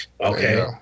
Okay